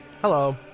Hello